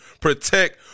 protect